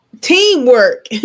teamwork